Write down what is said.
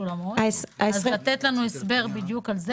אז לתת לנו הסבר בדיוק על זה.